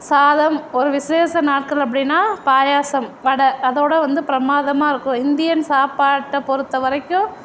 சாதம் ஒரு விஷேச நாட்கள் அப்படின்னா பாயாசம் வடை அதோடு வந்து பிரமாதமாக இருக்கும் இந்தியன் சாப்பாட்டை பொருத்த வரைக்கும்